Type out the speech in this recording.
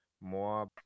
more